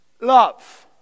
love